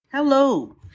Hello